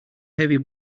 heavy